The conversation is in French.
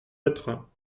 être